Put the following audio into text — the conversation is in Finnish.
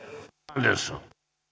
arvoisa